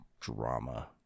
drama